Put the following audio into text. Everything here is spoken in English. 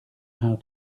how